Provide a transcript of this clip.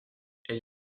elle